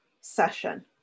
session